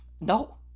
No